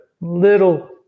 little